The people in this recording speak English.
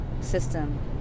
system